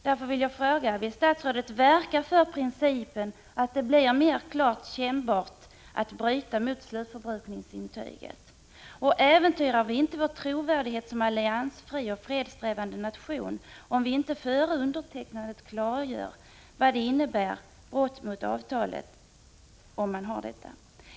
Därför vill jag fråga: Vill statsrådet verka för principen att det blir mer kännbart att bryta mot slutförbrukningsintyget? Och äventyrar vi inte vår trovärdighet som alliansfri och fredssträvande nation, om vi inte före undertecknandet klargör vad brott mot avtalet innebär?